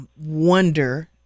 wonder